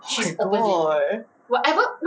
oh my god